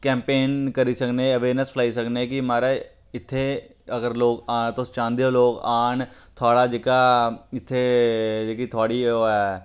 campaign करी सकने awareness लाई सकने कि महाराज इत्थें अगर लोक आ तुस चाह्ंदे ओ लोक आन थुआढ़ा जेह्का इत्थें जेह्की थुआढ़ी ओह् ऐ